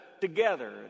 together